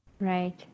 right